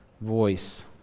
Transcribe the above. voice